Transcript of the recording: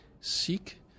Seek